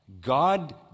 God